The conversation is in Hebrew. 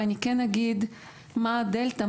ואגיד מה הדלתא,